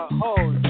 hold